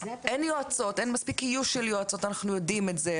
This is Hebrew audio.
אני מספיק איוש של יועצות, אנחנו יודעים את זה.